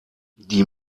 die